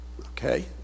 Okay